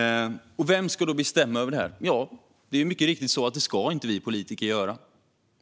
Vem ska då bestämma över detta? Ja, det är mycket riktigt att vi politiker inte ska göra det.